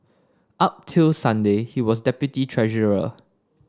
up till Sunday he was deputy treasurer